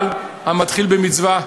אבל המתחיל במצווה,